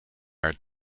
haar